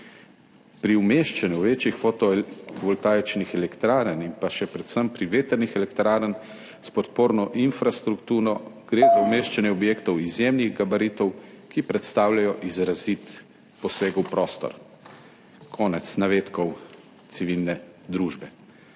Pri umeščanju večjih fotovoltaičnih elektrarn in pa še predvsem pri vetrnih elektrarn s podporno infrastrukturo gre za umeščanje objektov izjemnih gabaritov, ki predstavljajo izrazit poseg v prostor«. Torej v naši